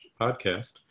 podcast